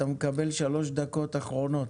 אתה מקבל שלוש דקות אחרונות.